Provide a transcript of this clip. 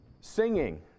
singing